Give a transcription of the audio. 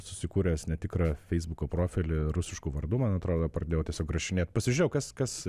susikūręs netikrą feisbuko profilį rusišku vardu man atrodo pradėjau tiesiog rašinėt pasižiūrėjau kas kas